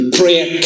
prayer